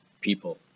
people